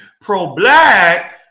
pro-black